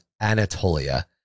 Anatolia